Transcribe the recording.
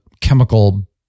chemical